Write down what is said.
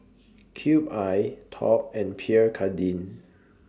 Cube I Top and Pierre Cardin